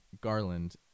Garland